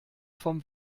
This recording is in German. vom